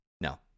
No